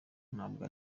ntabwo